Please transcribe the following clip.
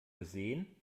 gesehen